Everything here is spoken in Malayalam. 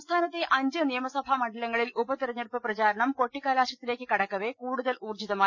സംസ്ഥാനത്തെ അഞ്ച് നിയമുസ്ഭാ മണ്ഡലങ്ങളിൽ ഉപതെര ഞ്ഞെടുപ്പ് പ്രചാരണം ഖ്കാട്ടിക്കലാശത്തിലേക്ക് കടക്കവേ കൂടു തൽ ഊർജ്ജിതമായി